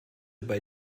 bei